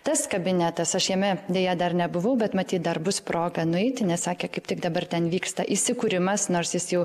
tas kabinetas aš jame deja dar nebuvau bet matyt dar bus proga nueiti nes sakė kaip tik dabar ten vyksta įsikūrimas nors jis jau